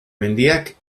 mendiak